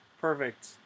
Perfect